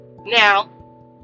now